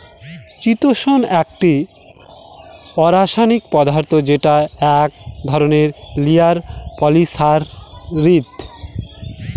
চিতোষণ একটি অরাষায়নিক পদার্থ যেটা এক ধরনের লিনিয়ার পলিসাকরীদ